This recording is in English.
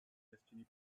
destiny